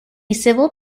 civil